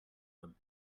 them